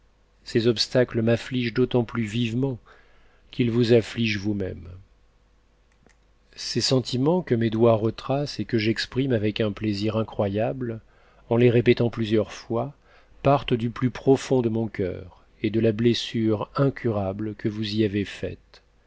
ces obstacles m'affiigent d'autant plus vivement qu'ils vous affligent vousmême ces sentiments que mes doigts retracent et que j'exprime avec un ptaisir incroyable en les répétant plusieurs fois partent du plus profond le mon cceur et dé la blessure incurable que vous y avez faite